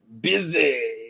busy